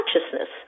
consciousness